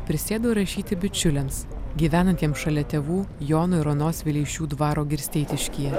prisėdo rašyti bičiuliams gyvenantiems šalia tėvų jono ir onos vileišių dvaro girsteitiškyje